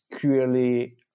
clearly